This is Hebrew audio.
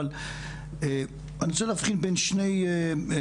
אבל אני רוצה להבחין בין שני נושאים,